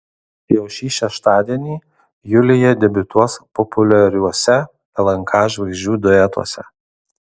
jau šį šeštadienį julija debiutuos populiariuose lnk žvaigždžių duetuose